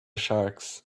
sharks